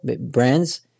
brands